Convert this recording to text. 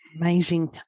Amazing